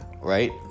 right